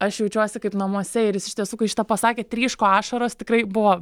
aš jaučiuosi kaip namuose ir jis iš tiesų kai šitą pasakė tryško ašaros tikrai buvo